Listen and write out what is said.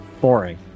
Boring